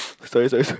sorry sorry